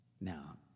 Now